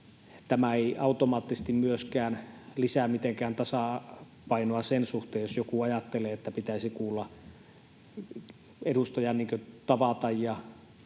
Tämä ei automaattisesti myöskään lisää mitenkään tasapainoa sen suhteen, jos joku ajattelee, että edustajan pitäisi kuulla ja tavata